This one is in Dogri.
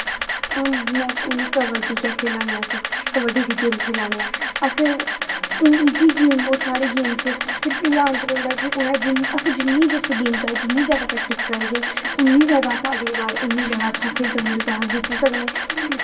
हून जि'यां हून कबडी गै खेलाने आं अस कबडी दी गेम खेलाने आं अस उं'दी गेम च होर साढ़ी गेम च सिर्फ इ'यां अंतर होंदा कि अस जिन्नी जिस गेम ताहीं जिन्नी जैदा प्रैक्टिस करगे उन्नी जैदा अस अगली बार अच्छा खेल्ली सकने ते जित्ती सकने